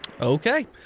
Okay